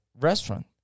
restaurant